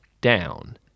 down